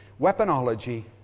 weaponology